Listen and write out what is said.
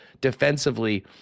defensively